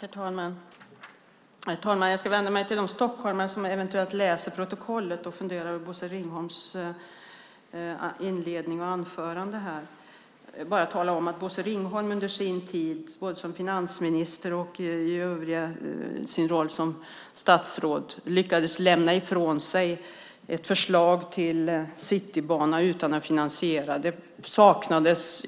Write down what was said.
Herr talman! Jag vänder mig till de stockholmare som eventuellt läser protokollet och funderar över Bosse Ringholms inledning och anföranden. Under sin tid som finansminister lyckades Bosse Ringholm lämna ifrån sig ett förslag till citybana utan att finansiera det. Det saknades